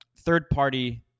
third-party